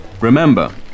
Remember